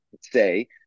say